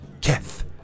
Keth